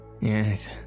Yes